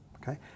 okay